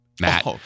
Matt